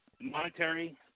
monetary